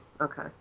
Okay